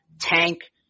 tank